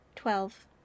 Twelve